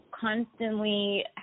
constantly